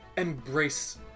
embrace